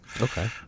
Okay